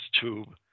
tube